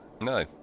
No